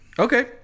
Okay